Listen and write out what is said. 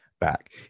back